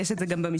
יש את זה גם במסמך,